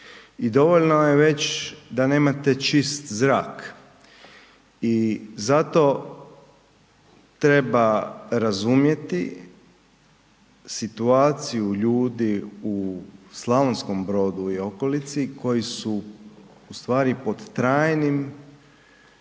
i dovoljno je već da nemat čisti zrak i zato treba razumjeti situaciju ljudi u Slavonskom Brodu i okolici koji su ustvari pod trajnoj